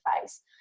face